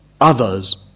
others